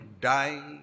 Die